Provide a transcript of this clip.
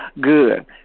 good